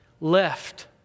left